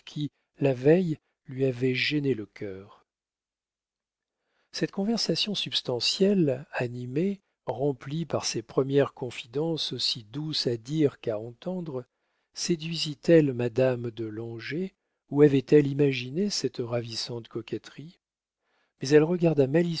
la veille lui avait gêné le cœur cette conversation substantielle animée remplie par ces premières confidences aussi douces à dire qu'à entendre séduisit elle madame de langeais ou avait-elle imaginé cette ravissante coquetterie mais elle regarda